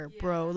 bro